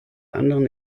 anderen